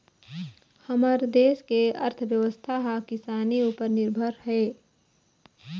हमर देस के अर्थबेवस्था ह किसानी उपर निरभर हे